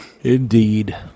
Indeed